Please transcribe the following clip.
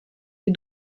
des